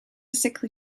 sickly